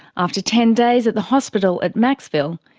after ten days at the hospital at macksville,